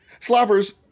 Slappers